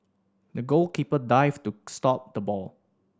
the goalkeeper dived to stop the ball